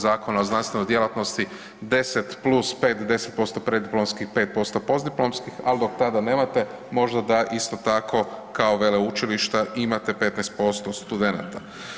Zakona o znanstvenoj djelatnosti 10+5, 10% preddiplomskih, 5% postdiplomskih, ali dok tada nemate možda da isto tako kao veleučilišta imate 15% studenata.